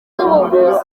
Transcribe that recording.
z’ubuvuzi